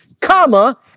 comma